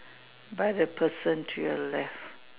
by the person to your left